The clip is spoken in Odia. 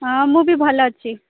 ହଁ ମୁଁ ବି ଭଲ ଅଛି